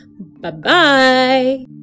Bye-bye